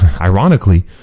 ironically